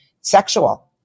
sexual